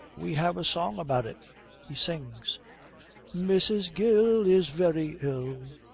we have a song about it he sings mrs. gill is very ill,